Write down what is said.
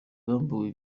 bambuwe